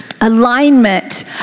alignment